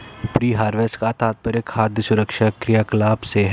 pre harvest का तात्पर्य खाद्य सुरक्षा क्रियाकलाप से है